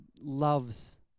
loves